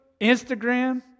Instagram